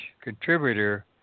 contributor